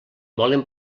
volen